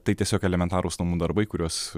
tai tiesiog elementarūs namų darbai kuriuos